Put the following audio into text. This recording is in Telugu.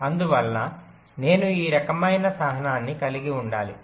అందువల్ల నేను ఈ రకమైన సహనాన్ని కలిగి ఉండాలి